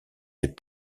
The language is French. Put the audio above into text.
des